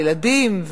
הילדים,